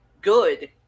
good